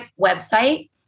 website